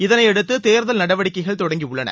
இதனையடுத்து தேர்தல் நடவடிக்கைகள் தொடங்கியுள்ளன